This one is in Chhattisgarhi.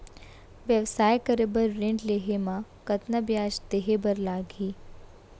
व्यवसाय करे बर ऋण लेहे म कतना ब्याज देहे बर लागही?